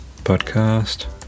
podcast